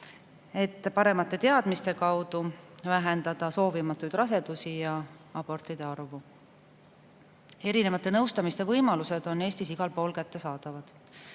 Paremate teadmiste abil [saab] vähendada soovimatuid rasedusi ja abortide arvu. Erinevate nõustamiste võimalused on Eestis igal pool kättesaadavad.